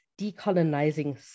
decolonizing